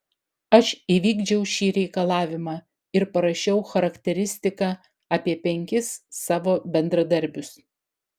aš įvykdžiau šį reikalavimą ir parašiau charakteristiką apie penkis savo bendradarbius